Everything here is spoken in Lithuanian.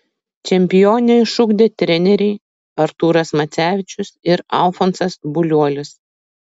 čempionę išugdė treneriai artūras macevičius ir alfonsas buliuolis